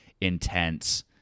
intense